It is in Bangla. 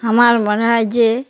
আমার মনে হয় যে